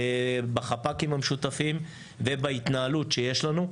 בחפ"קים המשותפים ובהתנהלות שיש לנו.